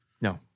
No